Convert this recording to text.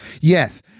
Yes